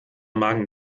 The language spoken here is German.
magen